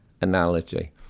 analogy